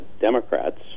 Democrats